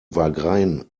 wagrain